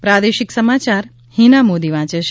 પ્રાદેશિક સમાચાર હિના મોદી વાંચે છે